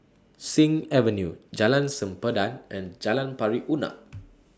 Sing Avenue Jalan Sempadan and Jalan Pari Unak